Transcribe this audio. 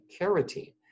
carotene